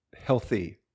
healthy